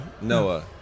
Noah